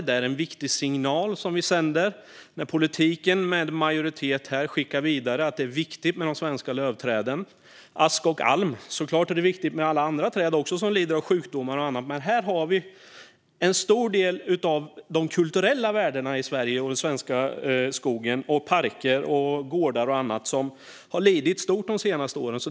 Det är en viktig signal politiken sänder när en majoritet här skickar vidare att det är viktigt med de svenska lövträden ask och alm. Såklart är det viktigt också med alla andra träd som lider av sjukdomar och annat, men här har vi en stor del av de kulturella värdena i Sverige. Den svenska skogen och svenska parker och gårdar och annat har lidit stort de senaste åren.